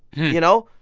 you know?